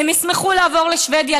הם ישמחו לעבור לשבדיה,